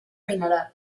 mineral